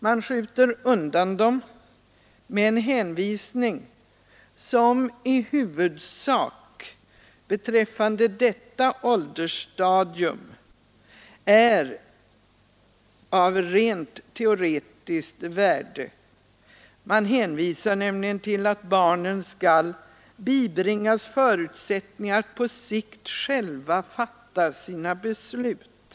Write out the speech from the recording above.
Man skjuter undan dem med en hänvisning som i huvudsak beträffande detta åldersstadium är av rent teoretiskt värde. Man hänvisar nämligen till att barnen skall bibringas förutsättningar att på sikt själva fatta sina beslut.